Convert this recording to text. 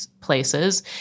places